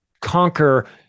conquer